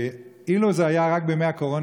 אילו זה היה רק בימי הקורונה,